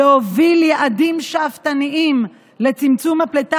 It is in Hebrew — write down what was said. "להוביל יעדים שאפתניים לצמצום הפליטה